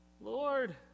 Lord